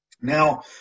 Now